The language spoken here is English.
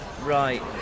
right